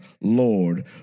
lord